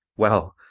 well,